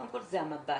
קודם כל זה המבט,